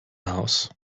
house